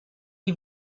die